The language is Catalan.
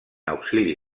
auxili